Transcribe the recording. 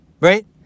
right